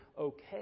okay